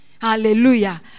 Hallelujah